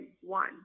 one